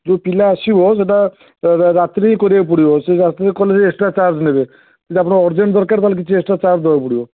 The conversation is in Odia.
ଯେଉଁ ପିଲା ଆସିବ ସେଇଟା ରାତିରେ ହିଁ କରିବାକୁ ପଡ଼ିବ ସେ ରାତିରେ କଲେ ଏକ୍ସଟ୍ରା ଚାର୍ଜ ନେବେ ଯଦି ଆପଣଙ୍କର ଅରଜେଣ୍ଟ ଦରକାର ତା'ହେଲେ କିଛି ଏକ୍ସଟ୍ରା ଚାର୍ଜ ଦେବାକୁ ପଡ଼ିବ